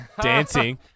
dancing